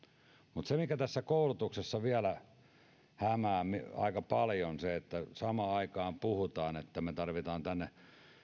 mikä tässä koulutuksessa vielä aika paljon hämää on se että kun samaan aikaan puhutaan että me tarvitsemme tänne